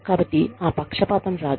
కాబట్టి ఆ పక్షపాతం రాదు